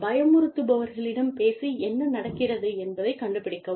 பயமுறுத்துபவர்களிடம் பேசி என்ன நடக்கிறது என்பதைக் கண்டுபிடிக்கவும்